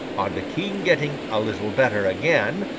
on the king getting a little better again,